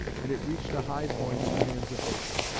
and it reached a high point in the hands of bacon.